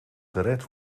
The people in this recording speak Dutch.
gered